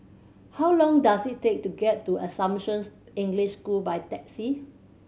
how long does it take to get to Assumption English School by taxi